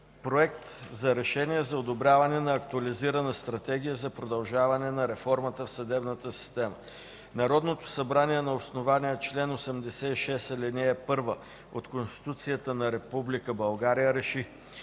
„Проект! РЕШЕНИЕ за одобряване на Актуализирана стратегия за продължаване на реформата в съдебната система Народното събрание на основание чл. 86, ал. 1 от Конституцията на Република